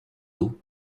eau